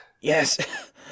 Yes